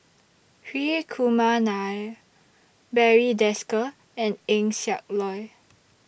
Hri Kumar Nair Barry Desker and Eng Siak Loy